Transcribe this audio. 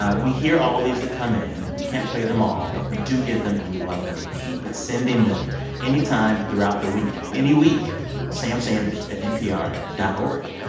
ah we hear all of these that come in. we can't play them all, but we do get them, and we love them. keep sending them anytime throughout the week, any week samsanders at npr dot o r